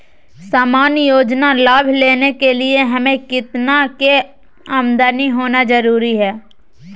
सामान्य योजना लाभ लेने के लिए हमें कितना के आमदनी होना जरूरी है?